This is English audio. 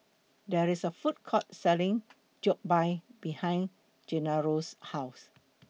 There IS A Food Court Selling Jokbal behind Genaro's House